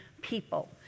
people